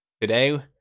today